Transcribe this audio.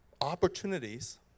opportunities